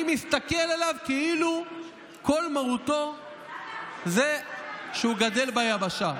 אני מסתכל עליו כאילו כל מהותו שהוא גדל ביבשה.